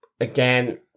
again